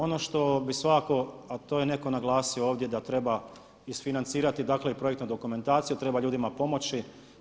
Ono što bih svakako a to je netko naglasio ovdje da treba isfinancirati dakle i projektna dokumentacija, treba ljudima i pomoći.